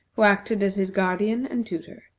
who acted as his guardian and tutor.